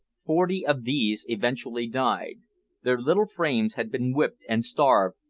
forty of these eventually died their little frames had been whipped, and starved,